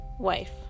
Wife